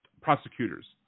prosecutors